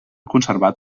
conservat